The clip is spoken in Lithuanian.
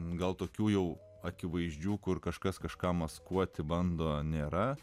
gal tokių jau akivaizdžių kur kažkas kažką maskuoti bando nėra